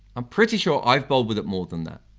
i'm pretty sure i've bowled with it more than that.